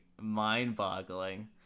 mind-boggling